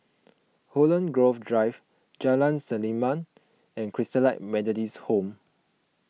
Holland Grove Drive Jalan Selimang and Christalite Methodist Home